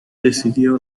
decidió